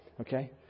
Okay